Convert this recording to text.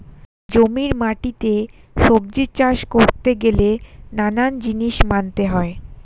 জমির মাটিতে সবজি চাষ করতে হলে নানান জিনিস মানতে হয়